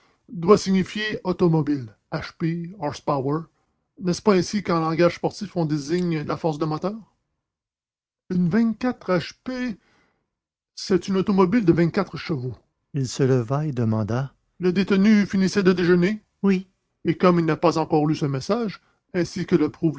doit signifier automobile h p horse power n'est-ce pas ainsi qu'en langage sportif on désigne la force d'un moteur une vingt-quatre h p c'est une automobile de vingt-quatre chevaux il se leva et demanda le détenu finissait de déjeuner oui et comme il n'a pas encore lu ce message ainsi que le